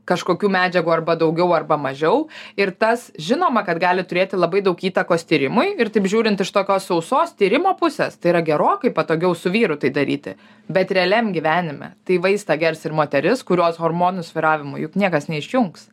kažkokių medžiagų arba daugiau arba mažiau ir tas žinoma kad gali turėti labai daug įtakos tyrimui ir taip žiūrint iš tokios sausos tyrimo pusės tai yra gerokai patogiau su vyru tai daryti bet realiam gyvenime tai vaistą gers ir moteris kurios hormonų svyravimų juk niekas neišjungs